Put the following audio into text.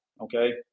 okay